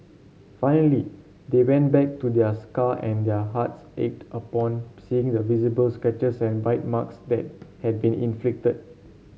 finally they went back to their scar and their hearts ached upon seeing the visible scratches and bite marks that had been inflicted